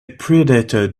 predator